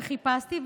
וחיפשתי,